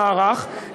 המערך,